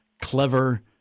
clever